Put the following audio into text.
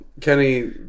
Kenny